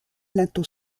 linteau